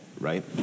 right